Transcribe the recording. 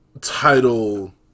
title